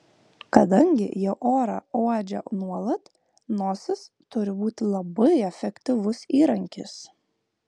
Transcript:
kadangi jie orą uodžia nuolat nosis turi būti labai efektyvus įrankis